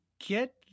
get